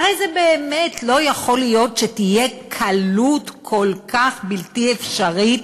הרי זה באמת לא יכול להיות שתהיה קלות כל כך בלתי אפשרית,